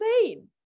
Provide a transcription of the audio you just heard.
insane